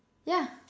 yeah